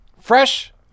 Fresh